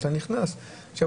הוא